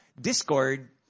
discord